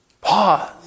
Pause